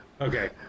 okay